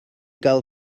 gael